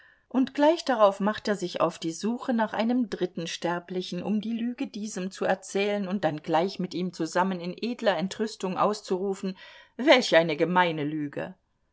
und gleich darauf macht er sich auf die suche nach einem dritten sterblichen um die lüge diesem zu erzählen und dann gleich mit ihm zusammen in edler entrüstung auszurufen welch eine gemeine lüge